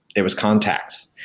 there was contacts,